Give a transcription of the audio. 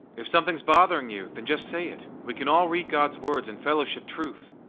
if something's bothering you, then just say it. we can all read god's words and fellowship truth.